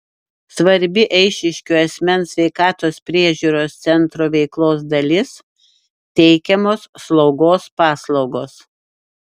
svarbi eišiškių asmens sveikatos priežiūros centro veiklos dalis teikiamos slaugos paslaugos